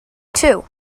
too